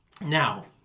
Now